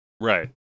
Right